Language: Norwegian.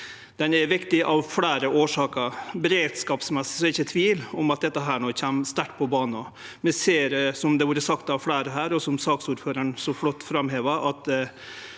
Den er viktig av fleire årsaker. Beredskapsmessig er det ikkje tvil om at dette no kjem sterkt på bana. Som det har vorte sagt av fleire her, og som saksordføraren så flott framheva,